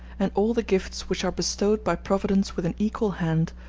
and all the gifts which are bestowed by providence with an equal hand,